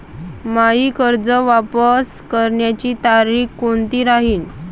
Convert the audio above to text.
मायी कर्ज वापस करण्याची तारखी कोनती राहीन?